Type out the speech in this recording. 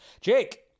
Jake